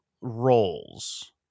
roles